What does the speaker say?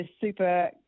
super